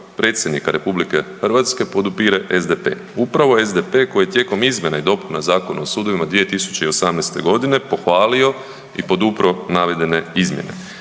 predsjednika RH podupire SDP, upravo SDP koji je tijekom izmjena i dopuna Zakona o sudovima 2018.g. pohvalio i podupro navedene izmjene.